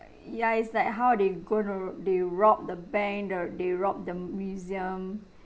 ya it's like how they going to they rob the bank the they rob the museum